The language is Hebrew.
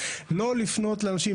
לא לפנות לאנשים,